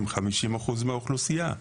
הם 50% מהאוכלוסייה.